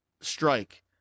strike